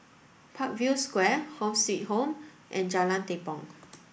Parkview Square Home Suite Home and Jalan Tepong